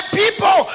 people